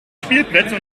spielplätze